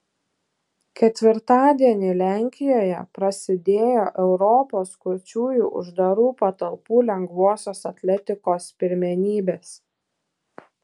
ketvirtadienį lenkijoje prasidėjo europos kurčiųjų uždarų patalpų lengvosios atletikos pirmenybės